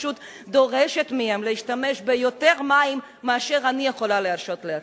פשוט דורשת מהם להשתמש ביותר מים מאשר אני יכולה להרשות לעצמי.